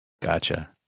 Gotcha